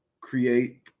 Create